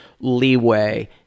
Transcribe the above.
leeway